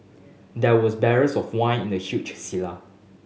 there was barrels of wine in the huge cellar